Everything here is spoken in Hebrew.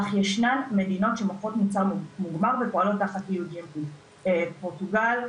אך ישנן מדינות שמוכרות מוצר מוגמר ופועלות תחת eugfb פורטוגל,